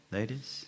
Ladies